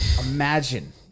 Imagine